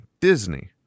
Disney